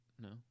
No